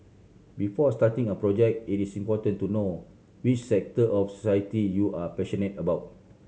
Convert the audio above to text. before starting a project it is important to know which sector of society you are passionate about